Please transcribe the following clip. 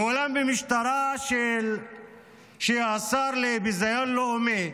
אולם במשטרה השר לביזיון לאומי,